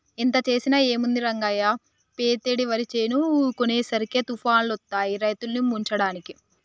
ఎంత చేసినా ఏముంది రంగయ్య పెతేడు వరి చేను కోసేసరికి తుఫానులొత్తాయి రైతుల్ని ముంచడానికి